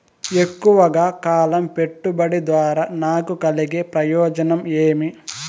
ఎక్కువగా కాలం పెట్టుబడి ద్వారా నాకు కలిగే ప్రయోజనం ఏమి?